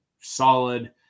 solid